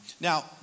Now